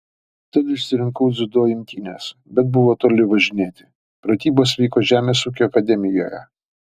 tad išsirinkau dziudo imtynes bet buvo toli važinėti pratybos vyko žemės ūkio akademijoje